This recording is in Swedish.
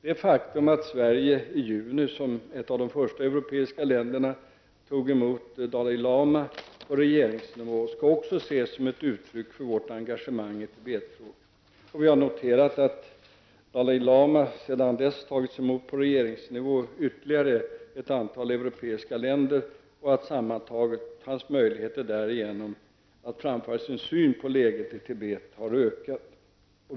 Det faktum att Sverige i juni, som ett av de första europeiska länderna, tog emot Dalai Lama på regeringsnivå, skall också ses som ett uttryck för vårt engagemang i Tibet-frågan. Vi har noterat att Dalai Lama sedan dess tagits emot på regeringsnivå i ytterligare europeiska länder, och att sammantaget hans möjligheter att framföra sin syn på läget i Tibet därmed ökat.